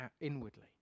inwardly